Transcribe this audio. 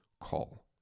call